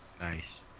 nice